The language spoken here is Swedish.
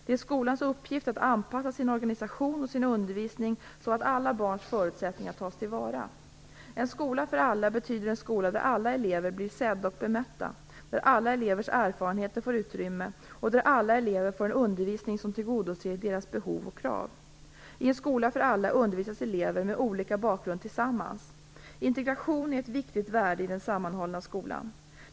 Det är skolans uppgift att anpassa sin organisation och sin undervisning så att alla barns förutsättningar tas till vara. En skola för alla betyder en skola där alla elever blir sedda och bemötta, där alla elevers erfarenheter får utrymme, och där alla elever får en undervisning som tillgodoser deras behov och krav. I en skola för alla undervisas elever med olika bakgrund tillsammans. Integration är ett viktigt värde i den sammanhållna skolan.